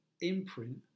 imprint